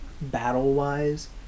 battle-wise